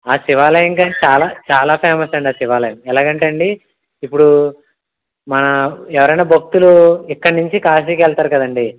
ఆ శివాలయం కానీ చాలా చాలా ఫేమస్ అండి ఆ శివాలయం ఎలాగా అంటే అండి ఇప్పుడు మా ఎవరైనా భక్తులు ఇక్కడి నుంచి కాశీకి వెళ్తారు కదండి